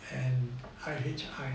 and I_H_I